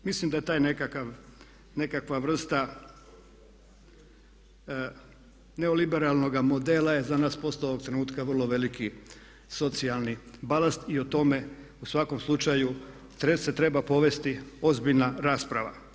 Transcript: Mislim da je ta nekakva vrsta neoliberalnoga modela je za nas postala ovog trenutka vrlo veliki socijalni balast i o tome u svakom slučaju se treba povesti ozbiljna rasprava.